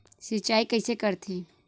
सिंचाई कइसे करथे?